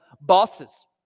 bosses